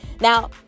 Now